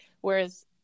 Whereas